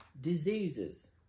diseases